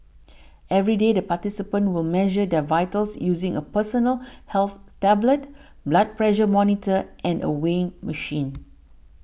every day the participants will measure their vitals using a personal health tablet blood pressure monitor and a weighing machine